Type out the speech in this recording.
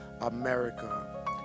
America